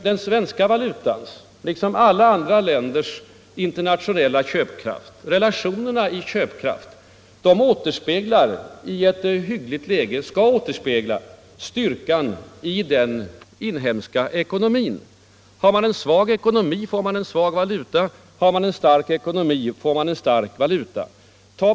Den svenska valutans liksom alla andra länders internationella köpkraft, dvs. relationerna i köpkraften, skall i ett hyggligt läge återspegla styrkan i den inhemska ekonomin. Har man en svag ekonomi får man en svag valuta. Har man en stark ekonomi får man en stark valuta.